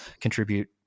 contribute